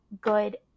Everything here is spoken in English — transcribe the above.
good